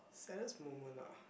saddest moment ah